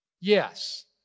Yes